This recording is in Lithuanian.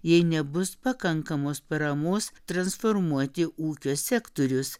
jei nebus pakankamos paramos transformuoti ūkio sektorius